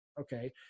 okay